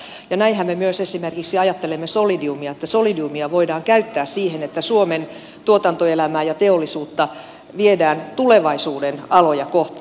näinhän me ajattelemme myös esimerkiksi solidiumista että solidiumia voidaan käyttää siihen että suomen tuotantoelämää ja teollisuutta viedään tulevaisuuden aloja kohti